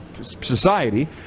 society